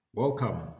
Welcome